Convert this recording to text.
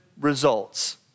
results